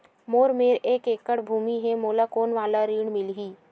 मोर मेर एक एकड़ भुमि हे मोला कोन वाला ऋण मिलही?